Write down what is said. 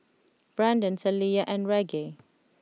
Branden Taliyah and Reggie